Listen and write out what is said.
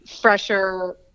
fresher